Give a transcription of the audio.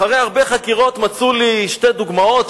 אחרי הרבה חקירות מצאו לי שתי דוגמאות,